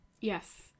Yes